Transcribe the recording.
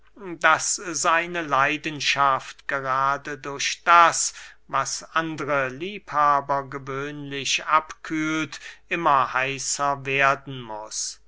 daß seine leidenschaft gerade durch das was andre liebhaber gewöhnlich abkühlt immer heißer werden muß